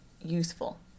useful